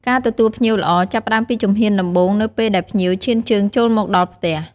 ការទទួលភ្ញៀវល្អ ចាប់ផ្តើមពីជំហានដំបូងនៅពេលដែលភ្ញៀវឈានជើងចូលមកដល់ផ្ទះ។